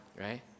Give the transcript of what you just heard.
right